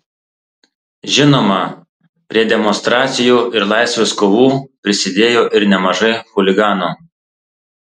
žinoma prie demonstracijų ir laisvės kovų prisidėjo ir nemažai chuliganų